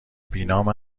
بینام